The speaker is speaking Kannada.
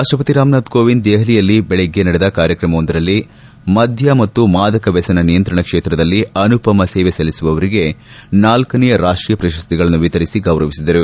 ರಾಷ್ಷಪತಿ ರಾಮನಾಥ್ ಕೋವಿಂದ್ ದೆಹಲಿಯಲ್ಲಿಂದು ಬೆಳಗ್ಗೆ ನಡೆದ ಕಾರ್ಯಕ್ರಮವೊಂದರಲ್ಲಿ ಮದ್ದ ಮತ್ತು ಮಾದಕವ್ಯಸನ ನಿಯಂತ್ರಣ ಕ್ಷೇತ್ರದಲ್ಲಿ ಅನುಪಮ ಸೇವೆ ಸಲ್ಲಿಸಿರುವವರಿಗೆ ನಾಲ್ಕನೆಯ ರಾಷ್ವೀಯ ಪ್ರಶಸ್ತಿಗಳನ್ನು ವಿತರಿಸಿ ಗೌರವಿಸಿದರು